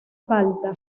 falta